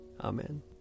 Amen